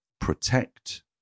protect